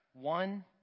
One